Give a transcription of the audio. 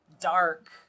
dark